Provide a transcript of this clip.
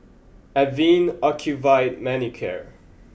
Avene Ocuvite Manicare